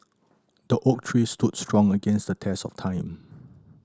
the oak tree stood strong against the test of time